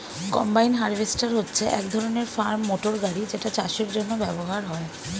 combine harvester হচ্ছে এক ধরণের ফার্ম মোটর গাড়ি যেটা চাষের জন্য ব্যবহার হয়